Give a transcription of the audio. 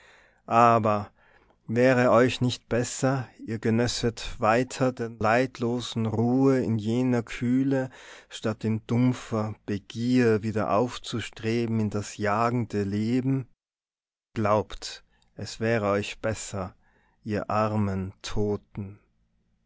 aber wäre euch nicht besser ihr genösset weiter der leidlosen ruhe in jener kühle statt in dumpfer begier wieder aufzustreben in das jagende leben glaubt es wäre euch besser ihr armen toten